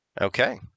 Okay